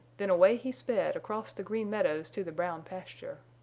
then away he sped across the green meadows to the brown pasture.